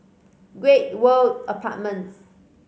Great World Apartments